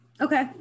Okay